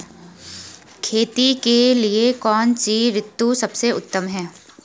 खेती के लिए कौन सी ऋतु सबसे उत्तम है?